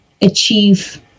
achieve